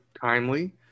timely